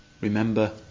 Remember